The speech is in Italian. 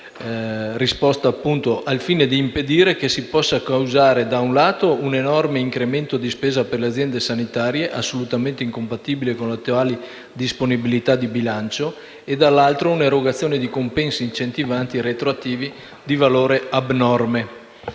risposta, al fine di impedire che si possa causare, da un lato, un enorme incremento di spesa per le aziende sanitarie, assolutamente incompatibile con le attuali disponibilità di bilancio e, dall'altro, un'erogazione di compensi incentivanti retroattivi di valore abnorme.